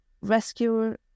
rescuer